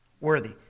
worthy